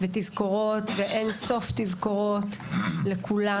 ותזכורות, ואין סוף תזכורות לכולם.